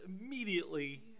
immediately